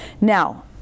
Now